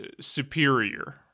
superior